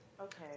Okay